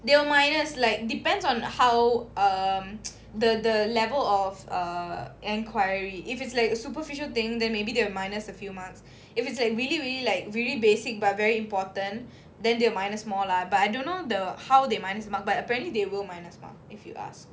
they'll minus like depends on how um the the level of err enquiry if it's like a superficial thing then maybe they will minus a few marks if it's like really really like really basic but very important then they'll minus more lah but I don't know the how they minus mark but apparently they will minus mark if you ask